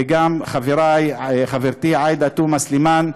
וגם של חברתי עאידה תומא סלימאן.